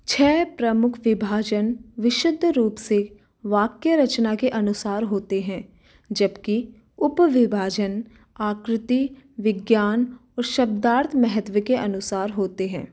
छः प्रमुख विभाजन विशुद्ध रूप से वाक्य रचना के अनुसार होते हैं जबकि उप विभाजन आकृति विज्ञान और शब्दार्थ महत्व के अनुसार होते हैं